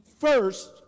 first